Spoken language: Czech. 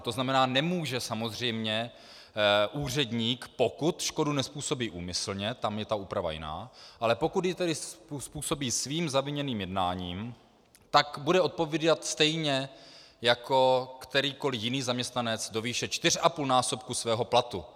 To znamená, nemůže samozřejmě úředník, pokud škodu nezpůsobí úmyslně, tam je úprava jiná, ale pokud ji způsobí svým zaviněným jednáním, bude odpovídat stejně jako kterýkoliv jiný zaměstnanec do výše 4,5násobku svého platu.